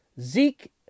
Zeke